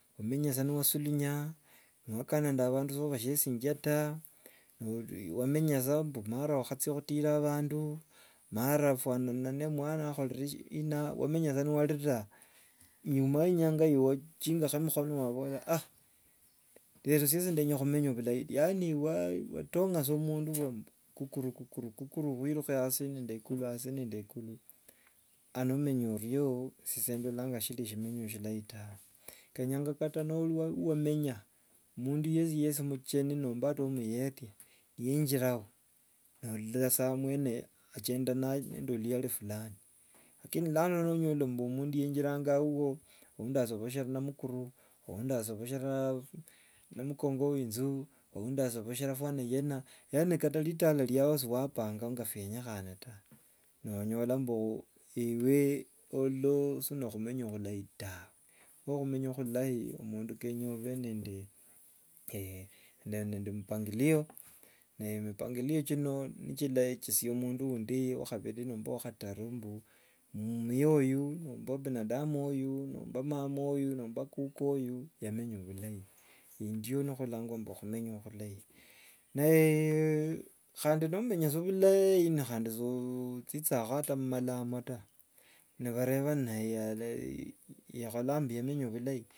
Wamenyasa niwasulunya niwakana na abandu sobhakhesinja ta! Nori wamenya sa mara wakhacha khutira abandu, mara fwana mwana akhorere shina, wamenya sa niwarira, iumao enyanga wachinga mukhono wabola retro syesi nyinya khumenya bhulai. Yaani watonga sa omundu kukurukukuru, wirukhe asi nende ikulu, asi nende ikulu. Ao nomanya oriyo sindolanga- kho esye nishiri shindu shilayi ta! Kenyanga kata nori wamenya mundu yesi yesi mucheni nomba ngo omuyeki yenjirao narola sa omwene achenda nari no oluyari fulani. Lakini nonyola mbu yenjiranga wuwo, oundi ashobokhera amukuru, oundi ashobokhera emukongo we inju, oundi ashobokhera fwana yena, yaani kata ritala ryia siwapanga nga byenyekhana ta! Onyola mbu ewe olwo sinokhumenya bhulai ta! Okhumenya khulai mundu kenya obe nende mipangilio, ne mipangilio chino nicho chilechesia omundu undi wakhabiri nomba wa khataru mbu omuya you nomba binadamu nomba mama oyu nomba kuka oyu yamenya obulai. Endyo nikhokhulangwa khumenya bhulai. khandi nomenya sa bhulai sochichangakho mumalamo ta, ni bhareba naye ye yekholanga mbu yamenya bhulai.